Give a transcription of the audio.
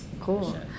Cool